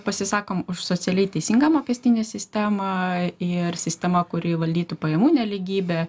pasisakom už socialiai teisingą mokestinę sistemą ir sistema kuri valdytų pajamų nelygybę